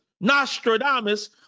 Nostradamus